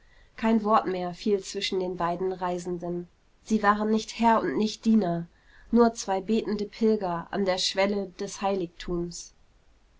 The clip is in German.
kein wort mehr fiel zwischen den beiden reisenden sie waren nicht herr und nicht diener nur zwei betende pilger an der schwelle des heiligtums